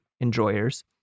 enjoyers